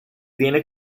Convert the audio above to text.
tiene